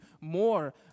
more